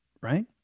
right